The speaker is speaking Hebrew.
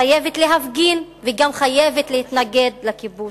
חייבת להפגין וגם חייבת להתנגד לכיבוש.